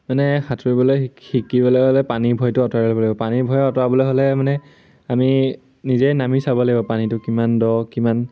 মানে সাঁতুৰিবলৈ শিকিবলৈ হ'লে পানীৰ ভয়টো আঁতৰাই ল'ব লাগিব পানীৰ ভয় অঁতৰাবলৈ হ'লে মানে আমি নিজেই নামি চাব লাগিব পানীটো কিমান দ কিমান